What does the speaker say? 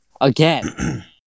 Again